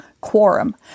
quorum